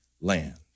land